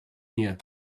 here